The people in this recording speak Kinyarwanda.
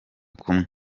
kumwe